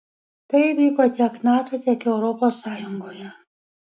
tai įvyko tiek nato tiek europos sąjungoje